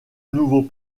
nouveau